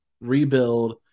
rebuild